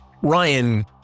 Ryan